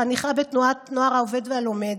חניכה בתנועת הנוער העובד והלומד,